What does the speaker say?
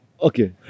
Okay